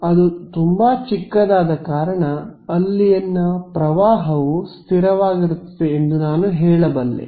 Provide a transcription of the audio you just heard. ಮತ್ತು ಅದು ತುಂಬಾ ಚಿಕ್ಕದಾದ ಕಾರಣ ಅಲ್ಲಿನ ಪ್ರವಾಹವು ಸ್ಥಿರವಾಗಿರುತ್ತದೆ ಎಂದು ನಾನು ಹೇಳಬಲ್ಲೆ